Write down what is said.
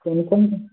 ओइमे कम नहि